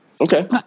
Okay